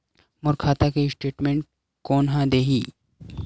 मोर खाता के स्टेटमेंट कोन ह देही?